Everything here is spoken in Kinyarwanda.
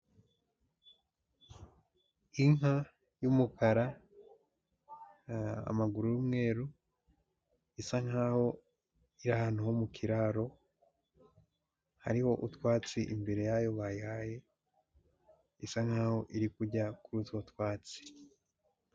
Inka y'umukara, amaguru y'umweru isa nkaho iri ahantu ho mu kiraro hariho utwatsi imbere yayo bayihaye, isa nkaho iri kujya kuri utwo twatsi.